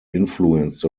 influenced